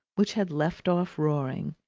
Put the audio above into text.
which had left off roaring,